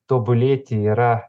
tobulėti yra